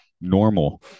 normal